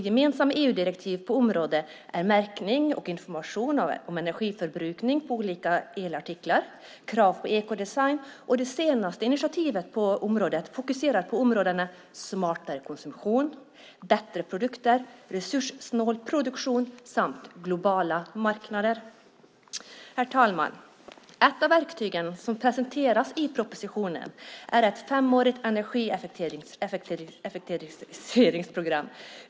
Gemensamma EU-direktiv på området är märkning och information om energiförbrukning på olika elartiklar, krav på ekodesign och det senaste initiativet på området som fokuserar på områdena smartare konsumtion, bättre produkter, resurssnål produktion samt globala marknader. Herr talman! Ett av verktygen som presenteras i propositionen är ett femårigt energieffektiviseringsprogram.